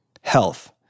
health